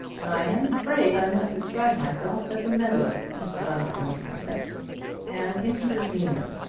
i am afraid i must describe myself as a meddler, mr. bundercombe confessed an intervener.